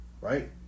right